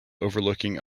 overlooking